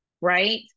right